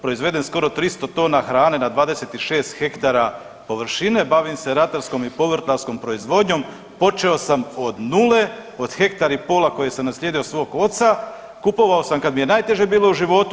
Proizvedem skoro 300 tona hrane na 26 hektara površine, bavim se ratarskom i povrtlarskom proizvodnjom, počeo sam od nule od hektar i pol koje sam naslijedio od svog oca, kupovao sam kad mi je najteže bilo u životu.